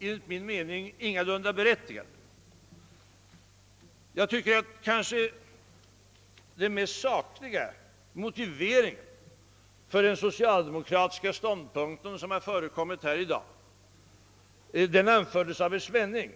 enligt min mening ingalunda är berättigade. Den mest sakliga motivering för den socialdemokratiska ståndpunkten som förekommit i dag anfördes kanske av herr Svenning.